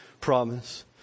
promise